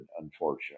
unfortunately